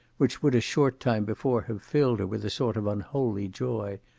which would a short time before have filled her with a sort of unholy joy,